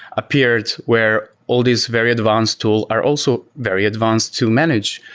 appeared where all these very advanced tool are also very advanced to manage.